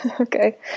Okay